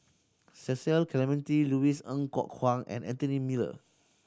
Cecil Clementi Louis Ng Kok Kwang and Anthony Miller